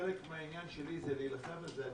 חלק מהעניין שלי זה להילחם בזה.